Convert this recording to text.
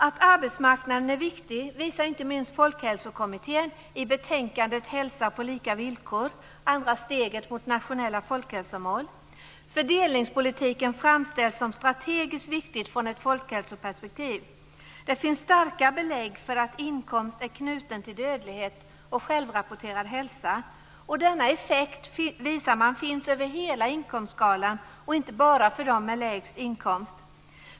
Att arbetsmarknaden är viktig visar inte minst Fördelningspolitiken framställs som strategiskt viktig från ett folkhälsoperspektiv. Det finns starka belägg för att inkomst är knuten till dödlighet och självrapporterad hälsa. Denna effekt, visar man, finns över hela inkomstskalan och inte bara för dem med lägst inkomst.